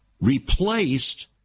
replaced